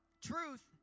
Truth